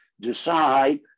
decide